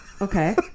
Okay